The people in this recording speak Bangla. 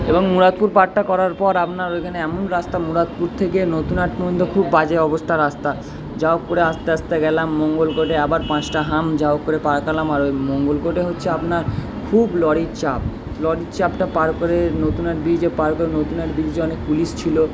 এবং মুরাদপুর পারটা করার পর আপনার এখানে এমন রাস্তা মুরাদপুর থেকে নতুনহাট পর্যন্ত খুব বাজে অবস্থা রাস্তার যা হোক করে আস্তে আস্তে গেলাম মঙ্গলকোটে আবার পাঁচটা হাম্প যা হোক করে পার করলাম আর ওই মঙ্গলকোটে হচ্ছে আপনার খুব লরির চাপ লরির চাপটা পার করে নতুনহাট ব্রিজে পার করে নতুনহাট ব্রিজে অনেক পুলিশ ছিলো